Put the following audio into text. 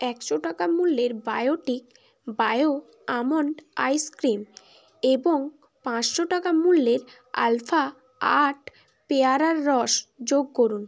একশো টাকা মূল্যের বায়োটিক বায়ো আমন্ড আইসক্রিম এবং পাঁচশো টাকা মূল্যের আলফা আট পেয়ারার রস যোগ করুন